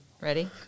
Ready